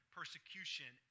persecution